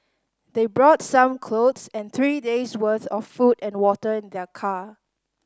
they brought some clothes and three days' worth of food and water in their car